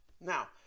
Now